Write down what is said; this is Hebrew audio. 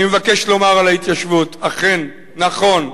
אני מבקש לומר על ההתיישבות, אכן, נכון,